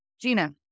Gina